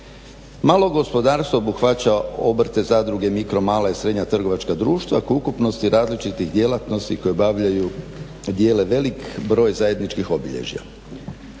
Malo gospodarstvo obuhvaća obrte, zadruge, mirko male srednja trgovačka društva koja ukupnosti različitih djelatnosti koja obavljaju dijele velik broj zajedničkih obilježja.